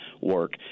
work